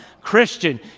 Christian